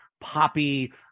poppy